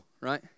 Right